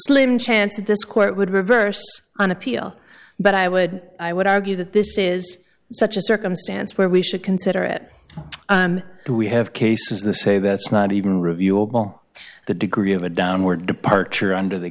slim chance that this court would reverse on appeal but i would i would argue that this is such a circumstance where we should consider it do we have cases the say that's not even reviewable the degree of a downward departure under the